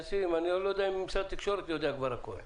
אני לא יודע אם משרד התקשורת יודע הכול.